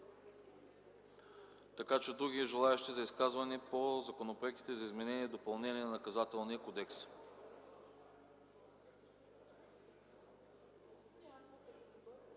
Има ли други желаещи за изказвания по законопроектите за изменение и допълнение на Наказателния кодекс?